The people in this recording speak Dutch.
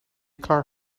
klaar